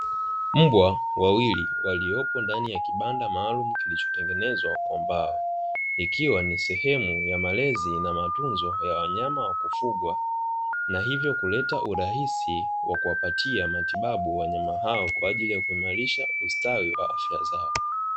Mbwa wawili waliopo ndani ya kibanda maalumu kilichotengenezwa kwa mbao, ikiwa ni sehemu ya malezi na matunzo ya wanyama wa kufugwa, na hivyo kuleta urahisi ya kuwapatia matibabu wanyama hao kwa ajili ya kuimarisha ustawi wa afya zao.